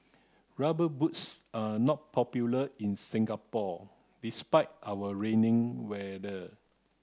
rubber boots are not popular in Singapore despite our rainy weather